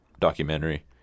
documentary